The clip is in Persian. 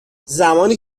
زمانی